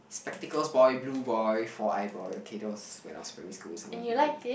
spectacles boy blue boy four eye boy okay that was when I was primary school someone bully me